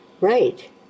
Right